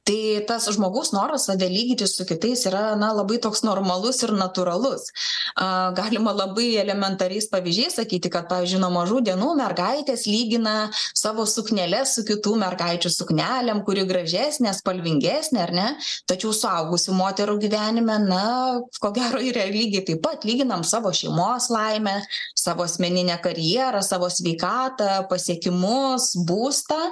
tai tas žmogaus noras save lyginti su kitais yra na labai toks normalus ir natūralus galima labai elementariais pavyzdžiais sakyti kad tą žino mažų dienų mergaitės lygina savo sukneles su kitų mergaičių suknelėm kuri gražesnė spalvingesnė ar ne tačiau suaugusių moterų gyvenime na ko gero yra lygiai taip pat lyginam savo šeimos laimę savo asmeninę karjerą savo sveikatą pasiekimus būstą